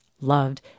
loved